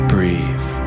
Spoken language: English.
Breathe